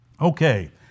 Okay